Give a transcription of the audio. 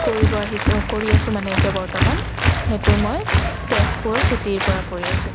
কৰিব আহিছোঁ কৰি আছোঁ মানে এতিয়া বৰ্ত্তমান সেইটো মই তেজপুৰ চিটিৰ পৰা কৰি আছোঁ